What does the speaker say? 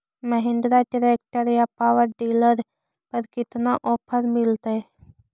Mahindra tractor या power dealer पर कितना ओफर मीलेतय?